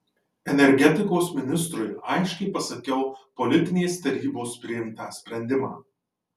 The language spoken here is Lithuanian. energetikos ministrui aiškiai pasakiau politinės tarybos priimtą sprendimą